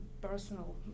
personal